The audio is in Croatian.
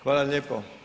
Hvala lijepo.